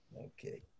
Okay